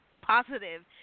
positive